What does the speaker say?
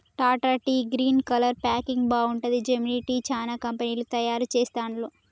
Tata tea green colour packing బాగుంటది, Gemini tea, చానా కంపెనీలు తయారు చెస్తాండ్లు